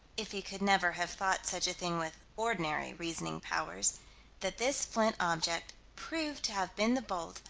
if he could never have thought such a thing with ordinary reasoning powers that this flint object proved to have been the bolt,